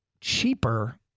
cheaper